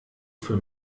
für